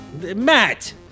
matt